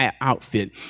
outfit